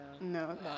No